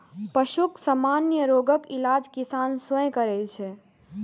पशुक सामान्य रोगक इलाज किसान स्वयं करै छै